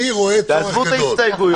תעזבו את ההסתייגויות.